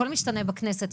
הכל משתנה בכנסת,